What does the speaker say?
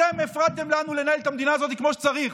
אתם הפרעתם לנו לנהל את המדינה הזאת כמו שצריך.